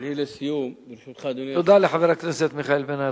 אני, לסיום, תודה לחבר הכנסת מיכאל בן-ארי.